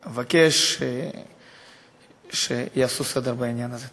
אבקש שיעשו סדר בעניין הזה.